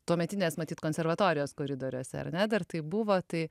tuometinės matyt konservatorijos koridoriuose ar ne dar tai buvo tai